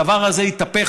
הדבר הזה התהפך,